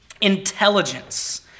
intelligence